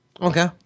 Okay